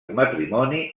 matrimoni